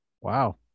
Wow